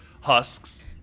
husks